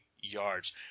yards